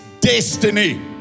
destiny